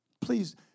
Please